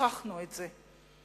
הוכחנו את זה.